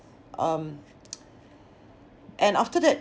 um and after that